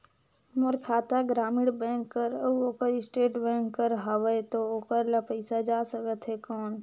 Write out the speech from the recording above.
मोर खाता ग्रामीण बैंक कर अउ ओकर स्टेट बैंक कर हावेय तो ओकर ला पइसा जा सकत हे कौन?